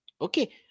Okay